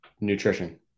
Nutrition